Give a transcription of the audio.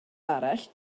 arall